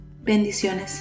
Bendiciones